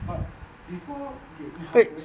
but before they incorporate